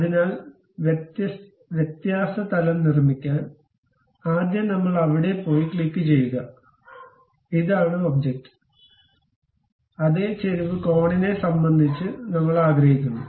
അതിനാൽ വ്യത്യാസ തലം നിർമ്മിക്കാൻ ആദ്യം നമ്മൾ അവിടെ പോയി ക്ലിക്കുചെയ്യുക ഇതാണ് ഒബ്ജക്റ്റ് അതേ ചെരിവ് കോണിനെ സംബന്ധിച്ച് നമ്മൾ ആഗ്രഹിക്കുന്നു